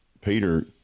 Peter